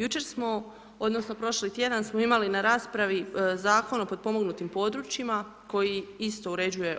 Jučer smo odnosno prošli tjedan smo imali na raspravi Zakon o potpomognutim područjima koji isto uređuje